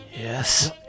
Yes